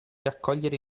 raccogliere